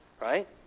right